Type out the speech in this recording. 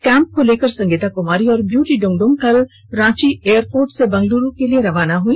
camp को लेकर संगीता कुमारी और ब्यूटी डुंगडुंग कल रांची एयरपोर्ट से बंगलूरू के लिए रवाना हो गई